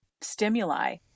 stimuli